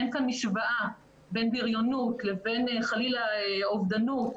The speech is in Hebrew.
אין כאן משוואה בין בריונות לבין חלילה אובדנות.